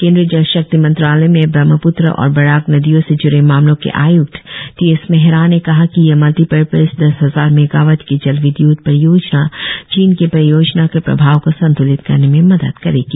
केंद्रीय जलशक्ति मंत्रालय में ब्रम्हाप्त्र और बराक नदियों से जुड़े मामलों के आयुक्त टी एस मेहरा ने कहा कि यह मल्टीपर्पज दस हजार मेगावाट की जल विद्य्त परियोजना चीन की परियोजना के प्रभाव को संतुलित करने में मदद करेगी